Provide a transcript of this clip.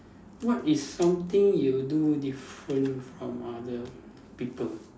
what is something you do different from other people